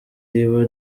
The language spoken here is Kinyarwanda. riba